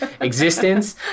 existence